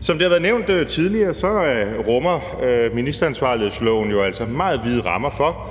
Som det har været nævnt tidligere, rummer ministeransvarlighedsloven meget vide rammer for,